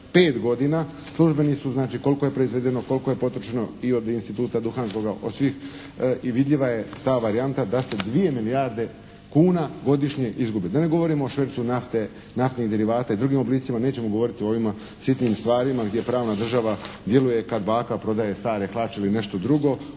5 godina, službeni su znači koliko je proizvedeno, koliko je potrošeno i od instituta duhanskog i od svih i vidljiva je ta varijanta da se 2 milijarde kuna godišnje izgube. Da ne govorim o švercu nafte, naftnih derivata i drugim oblicima, nećemo govoriti o ovima sitnim stvarima gdje pravna država djeluje kad baka prodaje stare hlače ili nešto drugo.